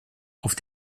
auf